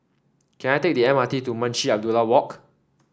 can I take the M R T to Munshi Abdullah Walk